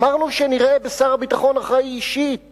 אמרנו שנראה בשר הביטחון אחראי אישית